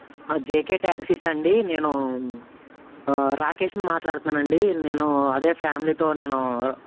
JK ట్యాక్సీసండి నేను రాకేష్ను మాట్లాడుతున్నానండి నేను అదే ఫ్యామిలీతో నేను